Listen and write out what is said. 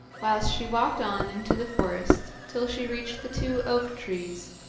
whilst she walked on into the forest till she reached the two oak trees.